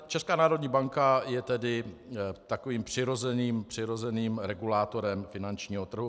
Česká národní banka je tedy takovým přirozeným regulátorem finančního trhu.